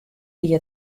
wie